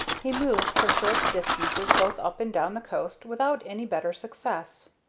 he moved for short distances both up and down the coast without any better success.